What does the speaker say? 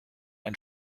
ein